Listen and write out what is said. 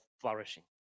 flourishing